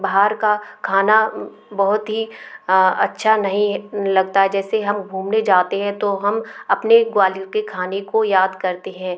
बाहर का खाना बहुत ही अच्छा नहीं लगता है जैसे हम घूमने जाते हैं तो हम अपने ग्वालियर के खाने को याद करते हैं